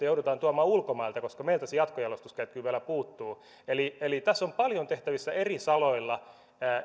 joudutaan tuomaan ulkomailta koska meiltä se jatkojalostusketju vielä puuttuu eli eli tässä on paljon tehtävissä eri saroilla